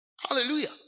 Hallelujah